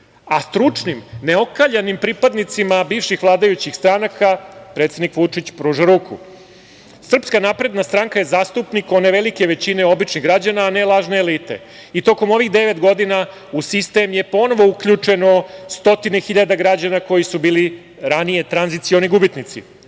a stručnim, neokaljanim pripadnicima bivših vladajućih stranaka, predsednik pruža ruku. Srpska napredna stranka je zastupnik one velike većine običnih građana, ne lažne elite. Tokom ovih devet godina u sistem je ponovo uključeno stotine hiljada građana koji su bili ranije tranzicioni gubitnici. Ovi